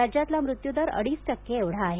राज्यातला मृत्यूदर अडीच टक्के एवढा आहे